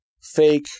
fake